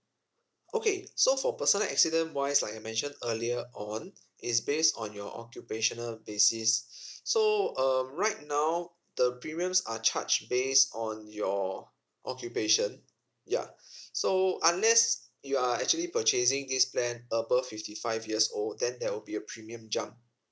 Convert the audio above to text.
okay so for personal accident wise like I mentioned earlier on it's based on your occupational basis so um right now the premiums are charged based on your occupation ya so unless you are actually purchasing this plan above fifty five years old then there will be a premium jump